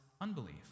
unbelief